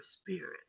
spirit